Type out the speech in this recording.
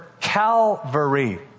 Calvary